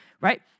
right